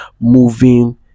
moving